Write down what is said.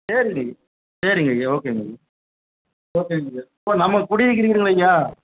சரிங்க ஐயா சரிங்க ஐயா ஓகேங்க ஐயா ஓகேங்க சார் சார் நம்ம குடி இருக்கிற வீடுங்களா ஐயா